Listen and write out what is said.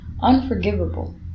unforgivable